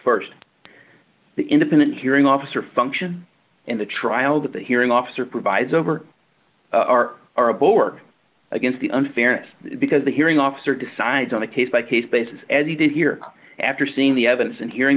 reasons st the independent hearing officer function in the trial that the hearing officer provides over r r a bork against the unfairness because the hearing officer decides on a case by case basis as he did here after seeing the evidence and hearing